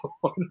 one